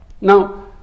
Now